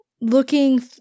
looking